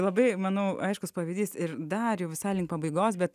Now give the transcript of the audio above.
labai manau aiškus pavyzdys ir dar jau visai link pabaigos bet